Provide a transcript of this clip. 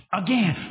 again